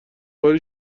باری